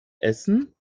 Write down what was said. essen